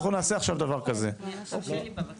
אנחנו נעשה עכשיו דבר כזה -- אפשר בבקשה,